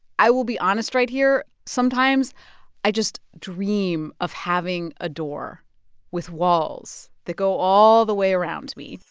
i will be honest right here. sometimes i just dream of having a door with walls that go all the way around me